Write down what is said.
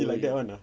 he like that [one] ah